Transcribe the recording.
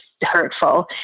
hurtful